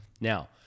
Now